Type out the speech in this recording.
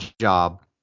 job